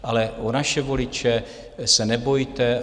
Ale o naše voliče se nebojte.